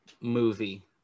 Movie